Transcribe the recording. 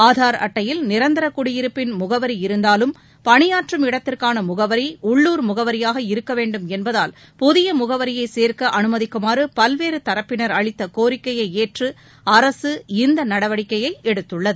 ஆதார் அட்டையில் நிரந்தர குடியிருப்பின் முகவரி இருந்தாலும் பணியாற்றும் இடத்திற்கான முகவரி உள்ளுர் முகவரியாக இருக்க வேண்டும் என்பதால் புதிய முகவரியை சேர்க்க அனுமதிக்குமாறு பல்வேறு தரப்பினர் அளித்த கோரிக்கையை ஏற்று அரசு இந்த நடவடிக்கையை எடுத்துள்ளது